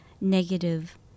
negative